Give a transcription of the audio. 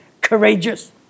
courageous